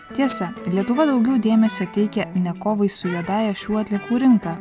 tiesa lietuva daugiau dėmesio teikia ne kovai su juodąja šių atliekų rinka